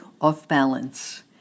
off-balance